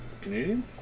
Canadian